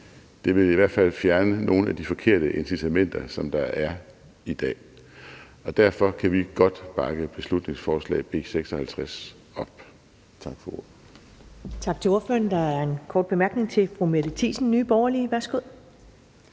Det vil i hvert fald fjerne nogle af de forkerte incitamenter, som der er i dag. Og derfor kan vi godt bakke beslutningsforslaget B 56 op. Tak for ordet.